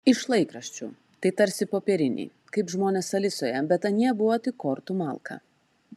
iš laikraščių tai tarsi popieriniai kaip žmonės alisoje bet anie buvo tik kortų malka